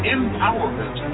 Empowerment